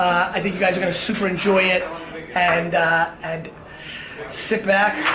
i think you guys are gonna super-enjoy it and and sit back,